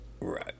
Right